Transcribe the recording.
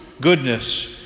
goodness